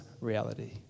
reality